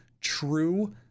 True